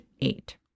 eight